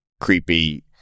creepy